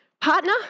partner